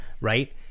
right